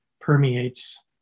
permeates